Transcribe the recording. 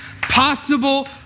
possible